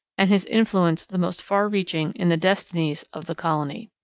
and his influence the most far-reaching in the destinies of the colony.